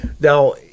now